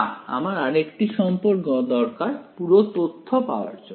না আমার আরেকটি সম্পর্ক দরকার পুরো তথ্য পাওয়ার জন্য